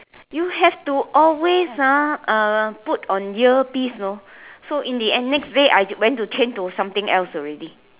you have to always ah uh put on earpiece know so in the end next day I went to change to something else already